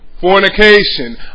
fornication